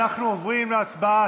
אנחנו עוברים להצבעה,